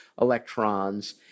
electrons